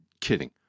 kidding